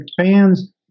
Fans